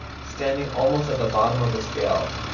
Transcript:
standing almost at the bottom of the scale,